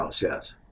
yes